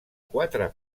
quatre